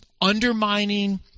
undermining